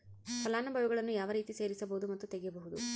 ಫಲಾನುಭವಿಗಳನ್ನು ಯಾವ ರೇತಿ ಸೇರಿಸಬಹುದು ಮತ್ತು ತೆಗೆಯಬಹುದು?